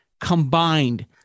combined